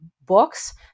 books